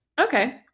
okay